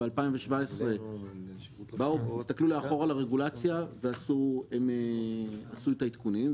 ב-2017 הסתכלו לאחור על הרגולציה ועשו את העדכונים.